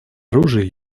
оружие